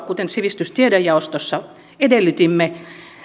kuten sivistys ja tiedejaostossa edellytimme